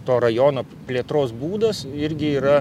to rajono plėtros būdas irgi yra